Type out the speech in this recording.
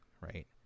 right